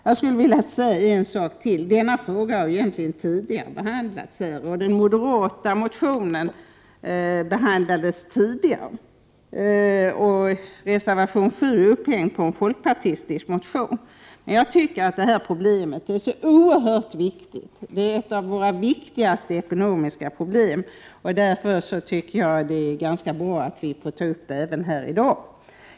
Jag skulle vilja säga en sak till. Denna fråga har tidigare behandlats här, och den moderata motionen behandlades tidigare. Reservation 7 har lagts i anknytning till en folkpartistisk motion, men jag tycker att det här problemet är så oerhört viktigt. Det är ett av våra viktigaste ekonomiska problem. Därför tycker jag det är ganska bra att vi får ta upp det även här i dag.